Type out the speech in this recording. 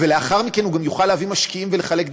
ולאחר מכן הוא גם יוכל להביא משקיעים ולחלק דיבידנדים.